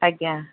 ଆଜ୍ଞା